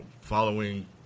following